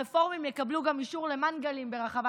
הרפורמים יקבלו גם אישור למנגלים ברחבת